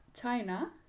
China